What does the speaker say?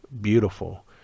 beautiful